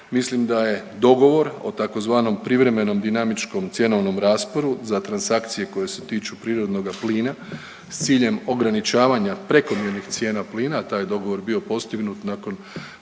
Mislim da je dogovor o tzv. privremenom dinamičkom cjenovnom rasporu za transakcije koje se tiču prirodnoga plina s ciljem ograničavanja prekomjernih cijena plina. Taj dogovor je bio postignut nakon